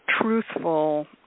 truthful